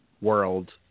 world